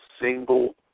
single